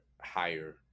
higher